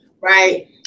right